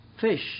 fish